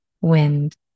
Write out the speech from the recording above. wind